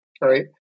right